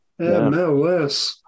MLS